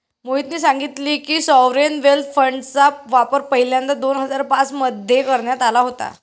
मोहितने सांगितले की, सॉवरेन वेल्थ फंडचा वापर पहिल्यांदा दोन हजार पाच मध्ये करण्यात आला होता